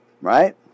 right